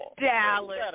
Dallas